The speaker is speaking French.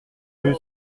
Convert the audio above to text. rue